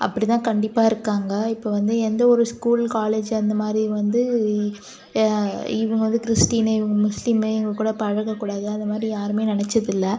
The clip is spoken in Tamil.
அப்படி தான் கண்டிப்பாக இருக்காங்க இப்போ வந்து எந்த ஒரு ஸ்கூல் காலேஜு அந்த மாதிரி வந்து இவங்க வந்து கிறிஸ்டினு இவங்க முஸ்லீமு இவங்க கூட பழகக்கூடாது அந்த மாதிரி யாருமே நினைச்சதில்ல